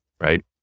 right